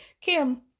Kim